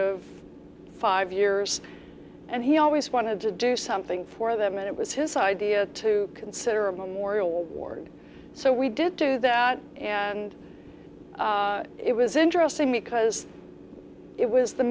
years and he always wanted to do something for them and it was his idea to consider a memorial ward so we did do that and it was interesting because it was the